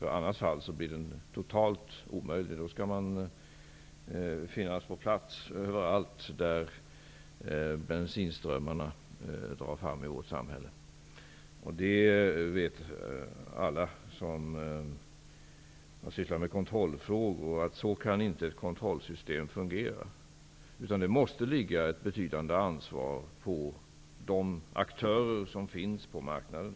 I annat fall blir en kontroll totalt omöjlig, för vid en kontroll måste man ju finnas på plats överallt i samhället där bensinströmmarna drar fram. Alla som har sysslat med kontrollfrågor vet att ett kontrollsystem inte kan fungera så. I stället måste ett betydande ansvar ligga på aktörerna på marknaden.